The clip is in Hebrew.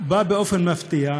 זה בא באופן מפתיע,